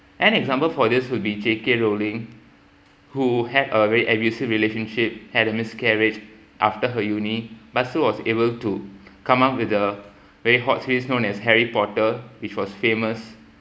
us take success for granted an example for this would be J K rowling who had a really abusive relationship had a miscarriage after her uni but still was able to come up with the very hot series known as harry porter which was famous